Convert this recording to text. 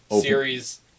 series